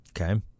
Okay